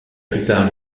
plupart